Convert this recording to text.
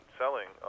selling